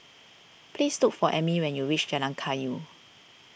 please look for Ammie when you reach Jalan Kayu